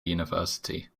university